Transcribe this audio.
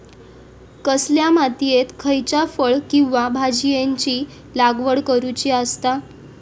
कसल्या मातीयेत खयच्या फळ किंवा भाजीयेंची लागवड करुची असता?